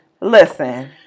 listen